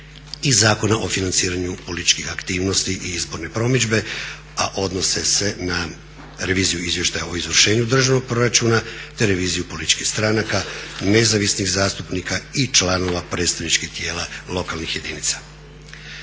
i Zakona o financiranju političkih aktivnosti i izborne promidžbe, a odnose se na reviziju Izvještaja o izvršenju državnog proračuna te reviziju političkih stranaka, nezavisnih zastupnika i članova predstavničkih tijela lokalnih jedinica.